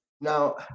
Now